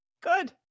Good